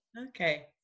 Okay